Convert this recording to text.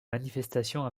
manifestations